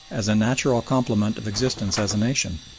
as a natural complement of existence as a nation.